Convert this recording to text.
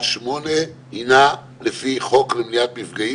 וראשי מפלגות הקואליציה,